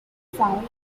found